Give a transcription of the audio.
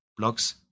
blogs